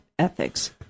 ethics